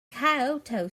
kyoto